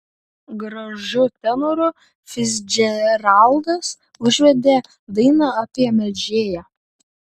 gražiu tenoru ficdžeraldas užvedė dainą apie melžėją